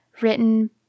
Written